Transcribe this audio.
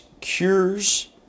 cures